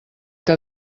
que